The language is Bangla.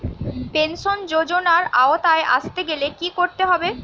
পেনশন যজোনার আওতায় আসতে গেলে কি করতে হবে?